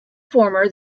former